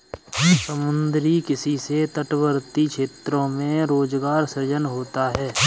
समुद्री किसी से तटवर्ती क्षेत्रों में रोजगार सृजन होता है